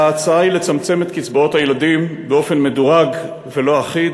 ההצעה היא לצמצם את קצבאות הילדים באופן מדורג ולא אחיד,